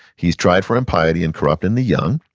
he's tried for impiety and corrupting the young.